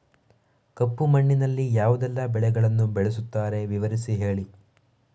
ಕಪ್ಪು ಮಣ್ಣಿನಲ್ಲಿ ಯಾವುದೆಲ್ಲ ಬೆಳೆಗಳನ್ನು ಬೆಳೆಸುತ್ತಾರೆ ವಿವರಿಸಿ ಹೇಳಿ